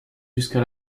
jusqu’à